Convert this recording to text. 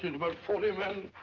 about forty men.